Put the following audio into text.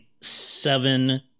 seven